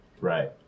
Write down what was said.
Right